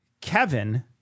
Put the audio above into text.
Kevin